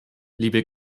liebe